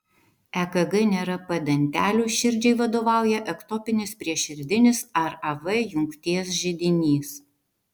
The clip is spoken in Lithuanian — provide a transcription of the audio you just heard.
ekg nėra p dantelių širdžiai vadovauja ektopinis prieširdinis ar av jungties židinys